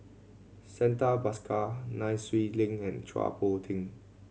Santha Bhaskar Nai Swee Leng and Chua Poh